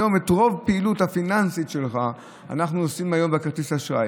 היום את רוב הפעילות הפיננסית אנחנו עושים בכרטיס אשראי.